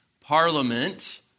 Parliament